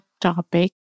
topic